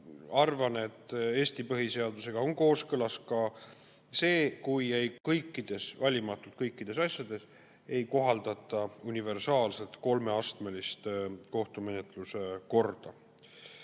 arvan, et Eesti põhiseadusega on kooskõlas ka see, kui valimatult kõikides asjades ei kohaldata universaalselt kolmeastmelist kohtumenetluse korda.